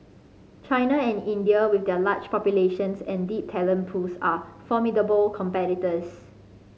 China and India with their large populations and deep talent pools are formidable competitors